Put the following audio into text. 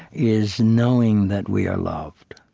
is knowing that we are loved